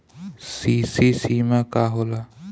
CC सीमा का होला?